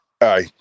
Aye